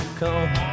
come